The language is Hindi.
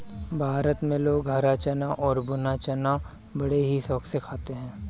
भारत में लोग हरा चना और भुना चना बड़े ही शौक से खाते हैं